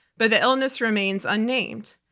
but the illness remains unnamed.